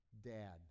dad